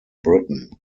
britain